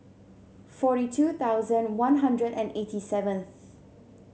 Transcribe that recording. forty two thousand One Hundred and eighty seven